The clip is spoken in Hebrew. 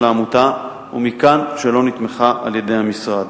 העמותה ומכאן שלא נתמכה על-ידי המשרד.